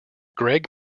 gregg